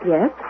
Yes